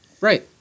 Right